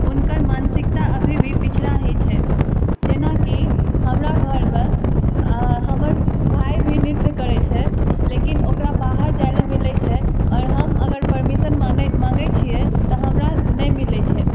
हुनकर मानसिकता अभी भी पिछड़ा ही छै जेनाकि हमरा घरमे अऽ हमर भाय भी नृत्य करै छै लेकिन ओकरा बाहर जाइ लए मिलै छै आओर अगर हम परमिशन मानै माँगै छियै तऽ हमरा नहि मिलै छै